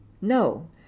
No